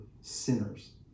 sinners